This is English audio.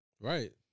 Right